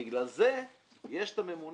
בגלל זה יש את הממונה,